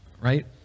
right